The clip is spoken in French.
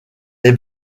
les